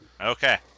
Okay